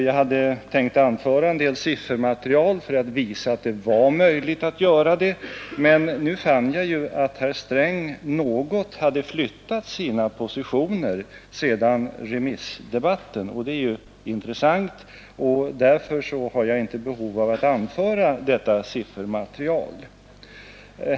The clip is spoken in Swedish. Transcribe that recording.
Jag hade tänkt anföra en del siffermaterial för att visa att det var möjligt att göra det, men nu fann jag Konjunkturstimuatt herr Sträng något har flyttat sina positioner sedan remissdebatten, lerande åtgärder, vilket är intressant. Jag har nu inget behov av att anföra detta m.m. siffermaterial.